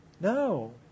No